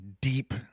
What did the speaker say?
deep